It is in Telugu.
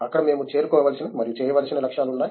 అక్కడ మేము చేరుకోవలసిన మరియు చేయవలసిన లక్ష్యాలు ఉన్నాయి